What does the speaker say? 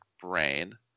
brain